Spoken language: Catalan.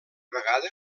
vegada